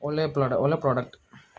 ಒಳ್ಳೆಯ ಪ್ಲಾಡ್ ಒಳ್ಳೆಯ ಪ್ರಾಡಕ್ಟ್